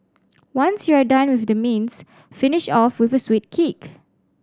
once you're done with the mains finish off with a sweet kick